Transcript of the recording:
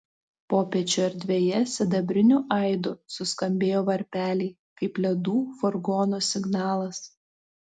popiečio erdvėje sidabriniu aidu suskambėjo varpeliai kaip ledų furgono signalas